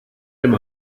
dem